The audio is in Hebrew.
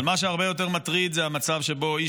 אבל מה שהרבה יותר מטריד זה המצב שבו איש